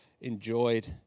enjoyed